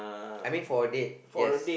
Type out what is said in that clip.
I mean for a date yes